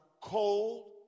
cold